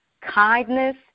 kindness